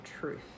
truth